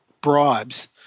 bribes